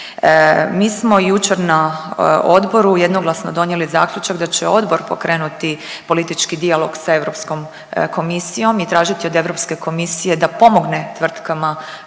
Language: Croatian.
Mi smo jučer na odboru jednoglasno donijeli zaključak da će odbor pokrenuti politički dijalog sa Europskom komisijom i tražiti od Europske komisije da pomogne tvrtkama